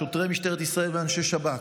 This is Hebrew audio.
שוטרי משטרת ישראל ואנשי שב"כ,